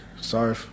Sorry